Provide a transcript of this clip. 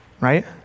Right